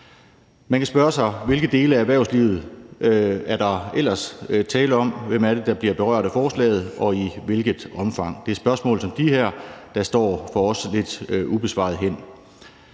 Man kan spørge, hvilke dele af erhvervslivet der ellers er tale om – hvem det er, der bliver berørt af forslaget og i hvilket omfang. Det er spørgsmål som de her, der for os står lidt ubesvarede hen.